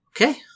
okay